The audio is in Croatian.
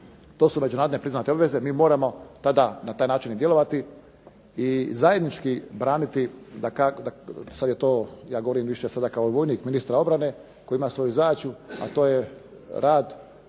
to su međunarodne priznate obveze, mi moramo na taj način i djelovati i zajednički braniti, sada je to ja više govorim sada kao vojnik Ministarstva obrane koji ima svoju zadaću, a to je rad